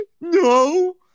No